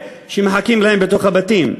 שמחכים להם בתוך הבתים?